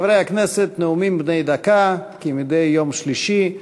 חברי הכנסת, נאומים בני דקה, כמדי יום שלישי,